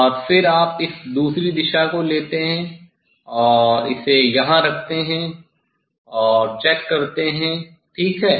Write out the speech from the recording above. और फिर आप इस दूसरी दिशा को लेते हैं और इसे यहां रखते हैं और चेक करते हैं ठीक है